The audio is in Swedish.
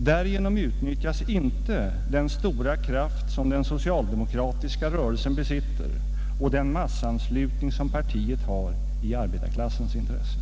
Därigenom utnyttjas inte den stora kraft som den socialdemokratiska rörelsen besitter och den massanslutning som partiet har i arbetarklassens intresse.